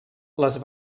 les